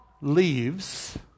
leaves